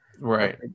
Right